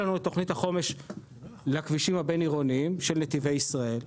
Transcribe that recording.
יש לנו את תכנית החומש לכבישים הבין-עירוניים של נתיבי ישראל,